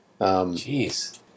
Jeez